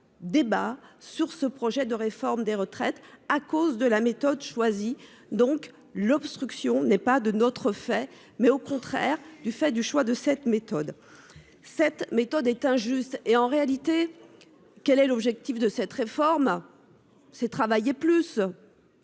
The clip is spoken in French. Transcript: débat sur ce projet de réforme des retraites à cause de la méthode choisie donc l'obstruction n'est pas de notre fait, mais au contraire du fait du choix de cette méthode. Cette méthode est injuste et en réalité. Quel est l'objectif de cette réforme. C'est travailler plus.